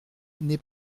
n’est